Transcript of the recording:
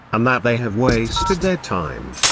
and that they have wasted their time.